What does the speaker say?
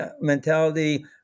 mentality